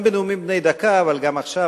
גם בנאומים בני דקה אבל גם עכשיו,